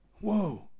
Whoa